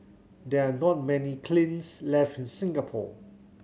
there are not many kilns left in Singapore